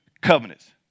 covenants